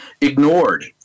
ignored